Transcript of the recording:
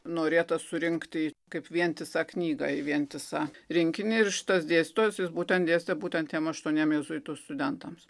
norėta surinkti kaip vientisą knygą į vientisą rinkinį ir šitas dėstytojas jis būtent dėstė būtent tiems aštuoniems jėzuitų studentams